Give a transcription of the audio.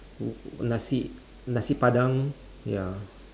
n~ nasi nasi padang ya